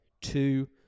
two